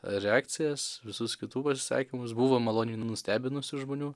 reakcijas visus kitų pasisakymus buvo maloniai nustebinusių žmonių